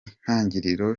intangiriro